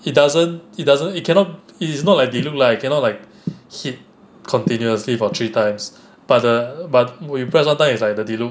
it doesn't it doesn't it cannot it is not diluc like I cannot like I cannot like hit continuously for three times but the but re-roll time is like diluc